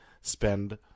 spend